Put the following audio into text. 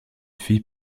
fille